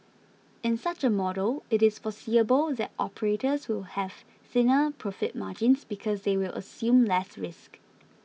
in such a model it is foreseeable that operators will have thinner profit margins because they will assume less risk